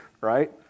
right